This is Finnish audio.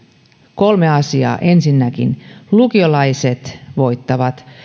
kolme asiaa ensinnäkin lukiolaiset voittavat